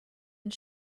and